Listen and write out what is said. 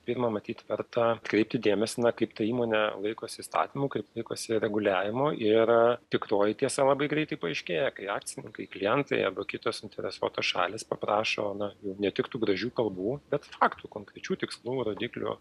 pirma matyt verta kreipti dėmesį kaip ta įmonė laikosi įstatymų kaip laikosi reguliavimo ir tikroji tiesa labai greitai paaiškėja kai akcininkai klientai arba kitos suinteresuotos šalys paprašo na jų ne tik tų gražių kalbų bet faktų konkrečių tikslų rodiklių